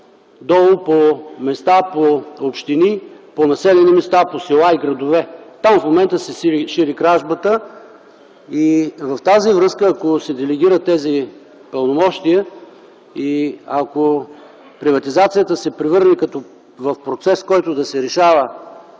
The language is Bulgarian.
долу по места, по общини, по населени места, по села и градове. Там в момента се шири кражбата и във връзка с това, ако се делегират тези правомощия и ако приватизацията се превърне в процес, който да се решава